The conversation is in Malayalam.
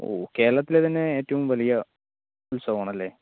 ഓ കേരളത്തിലെ തന്നെ ഏറ്റവും വലിയ ഉത്സവം ആണല്ലേ